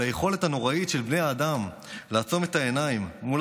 על היכולת הנוראית של בני האדם לעצום את העיניים מול